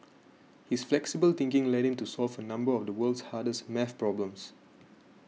his flexible thinking led him to solve a number of the world's hardest math problems